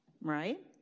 right